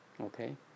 okay